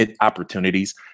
Opportunities